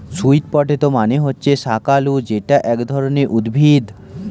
sweet potato মানে হচ্ছে শাকালু যেটা এক ধরনের উদ্ভিদ